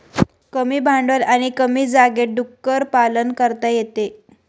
कमी भांडवल आणि कमी जागेत डुक्कर पालन करता येते